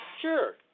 Sure